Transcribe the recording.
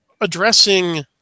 addressing